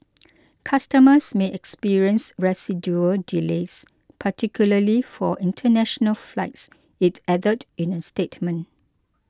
customers may experience residual delays particularly for international flights it added in a statement